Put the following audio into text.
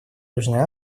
южной